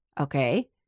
Okay